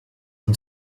and